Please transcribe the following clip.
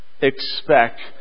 expect